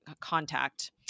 contact